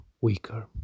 weaker